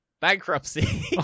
Bankruptcy